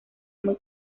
muy